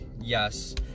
Yes